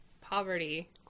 poverty